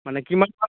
মানে কিমানমান